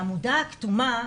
העמודה הכתומה,